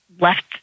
left